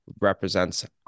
represents